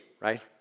right